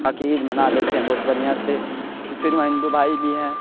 کھا کے عید منا لیتے ہیں بہت بڑھیا سے پھر وہ ہندو بھائی بھی ہیں